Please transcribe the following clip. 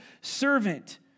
servant